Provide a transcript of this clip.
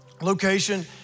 location